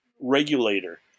regulator